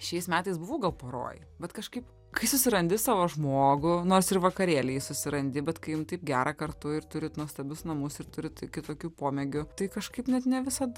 šiais metais buvau gal poroj bet kažkaip kai susirandi savo žmogų nors ir vakarėly jį susirandi bet kai jum taip gera kartu ir turit nuostabius namus ir turit kitokių pomėgių tai kažkaip net ne visad